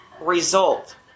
result